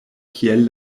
kiel